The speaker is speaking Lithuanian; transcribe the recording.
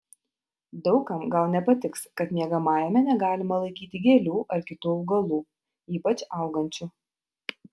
daug kam gal nepatiks kad miegamajame negalima laikyti gėlių ar kitų augalų ypač augančių